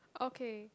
okay